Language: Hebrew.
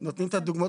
את הדוגמה.